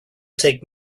take